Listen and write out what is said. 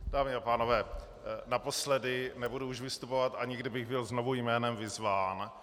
Dámy a pánové, naposledy, nebudu už vystupovat, ani kdybych byl znovu jménem vyzván.